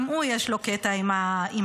גם לו יש קטע עם המדרוג.